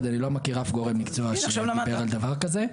אני לא מכיר אף גורם מקצוע שמדבר על דבר כזה.